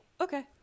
okay